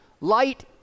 light